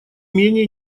менее